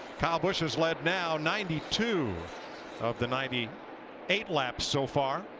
kyle busch has led now, ninety two of the ninety eight lab so far.